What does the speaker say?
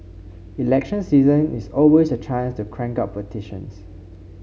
election season is always a chance to crank out petitions